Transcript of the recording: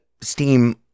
Steam